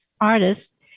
artist